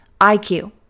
IQ